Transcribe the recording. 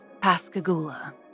Pascagoula